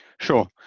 Sure